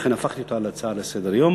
לכן הפכתי אותה להצעה לסדר-היום,